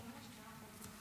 כן.